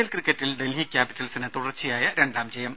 L ക്രിക്കറ്റിൽ ഡൽഹി ക്യാപിറ്റൽസിന് തുടർച്ചയായ രണ്ടാം ജയം